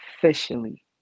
officially